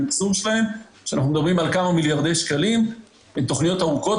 מדובר בכמה מיליארדי שקלים ובתוכניות ארוכות